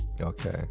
okay